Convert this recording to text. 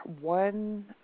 one